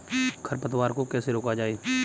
खरपतवार को कैसे रोका जाए?